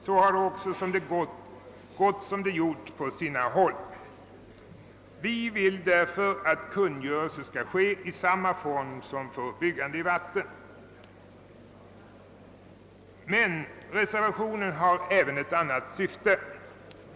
Så har det också gått som det har gjort på sina håll, och vi vill därför Reservationen har även ett annat syfte.